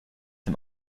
dem